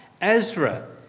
Ezra